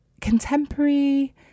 contemporary